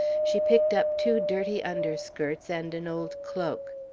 she picked up two dirty underskirts and an old cloak.